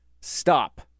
Stop